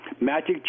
Magic